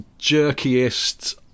jerkiest